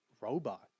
robot